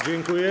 Dziękuję.